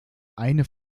eine